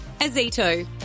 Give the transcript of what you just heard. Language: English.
Azito